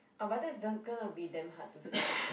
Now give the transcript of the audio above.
ah but that's gonna be damn hard to sell though